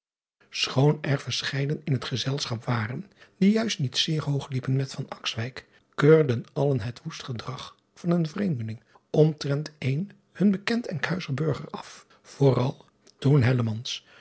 choon er verscheiden in het gezelschap waren die juist niet zeer hoog liepen met keurden allen het woest gedrag van een vreemdeling omtrent een hun bekend nkhuizer burger af vooral toen